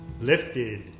lifted